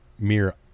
mere